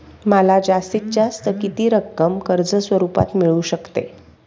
मला जास्तीत जास्त किती रक्कम कर्ज स्वरूपात मिळू शकते?